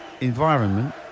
environment